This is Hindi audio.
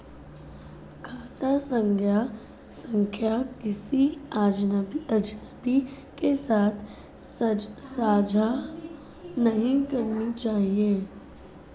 खाता संख्या किसी अजनबी के साथ साझा नहीं करनी चाहिए